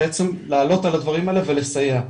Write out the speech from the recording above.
בעצם לעלות על הדברים האלה ולסייע.